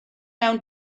mewn